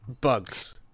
bugs